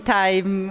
time